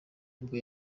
nibwo